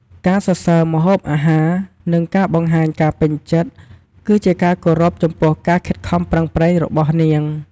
ការសរសើរម្ហូបអាហារ និងការបង្ហាញការពេញចិត្ត គឺជាការគោរពចំពោះការខិតខំប្រឹងប្រែងរបស់នាង។